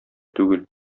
түгел